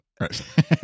Right